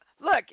look